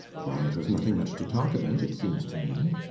why, it was nothing much to talk about it seems to me.